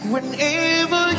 Whenever